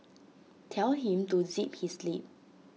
tell him to zip his lip